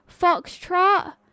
Foxtrot